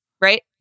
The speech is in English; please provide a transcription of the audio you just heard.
Right